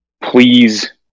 please